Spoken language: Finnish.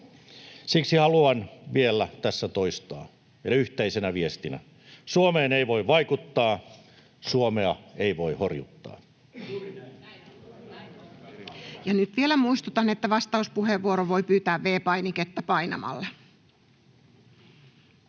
Siksi haluan vielä tässä toistaa meidän yhteisenä viestinä: Suomeen ei voi vaikuttaa, Suomea ei voi horjuttaa. Ja nyt vielä muistutan, että vastauspuheenvuoron voi pyytää V-painiketta painamalla.